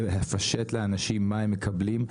לפשט לאנשים מה הם מקבלים,